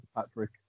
Patrick